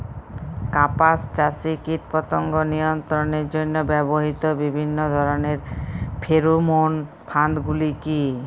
কাপাস চাষে কীটপতঙ্গ নিয়ন্ত্রণের জন্য ব্যবহৃত বিভিন্ন ধরণের ফেরোমোন ফাঁদ গুলি কী?